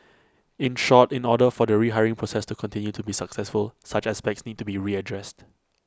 in short in order for the rehiring process to continue to be successful such aspects need to be readdressed